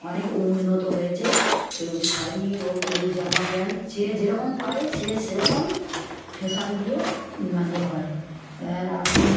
অনেক উন্নত হয়েছে কেউ শাড়ি ও কেউ জামা প্যান্ট যে যেরকম পারে সে সেরকমই ফ্যাশান দিয়ে মানে এ করে এবার আপন